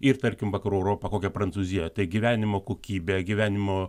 ir tarkim vakarų europa kokia prancūzija tai gyvenimo kokybė gyvenimo